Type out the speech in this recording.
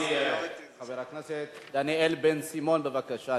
אדוני חבר הכנסת דניאל בן-סימון, בבקשה.